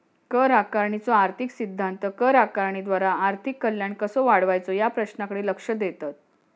कर आकारणीचो आर्थिक सिद्धांत कर आकारणीद्वारा आर्थिक कल्याण कसो वाढवायचो या प्रश्नाकडे लक्ष देतत